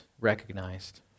recognized